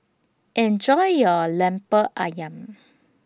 Enjoy your Lemper Ayam